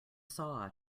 saw